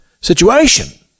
situation